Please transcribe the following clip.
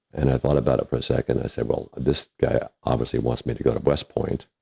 and i thought about it for a second. i said, well, this guy obviously wants me to go to west point.